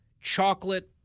chocolate